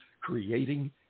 creating